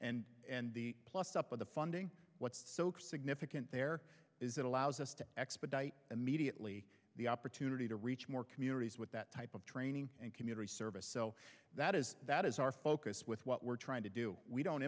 t plus up with the funding what's significant there is it allows us to expedite immediately the opportunity to reach more communities with that type of training and community service so that is that is our focus with what we're trying to do we don't